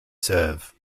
serve